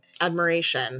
admiration